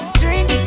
drink